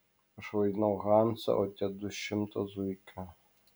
aš vaidinau hansą o tie du šimtą zuikių